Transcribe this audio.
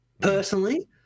personally